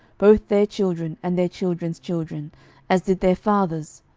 both their children, and their children's children as did their fathers,